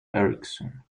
erickson